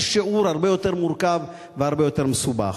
שיעור הרבה יותר מורכב והרבה יותר מסובך.